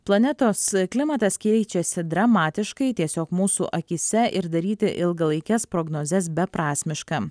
planetos klimatas keičiasi dramatiškai tiesiog mūsų akyse ir daryti ilgalaikes prognozes beprasmiška